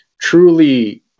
truly